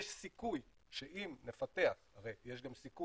יש סיכוי שאם נפתח הרי יש גם סיכון